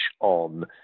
on